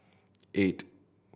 eight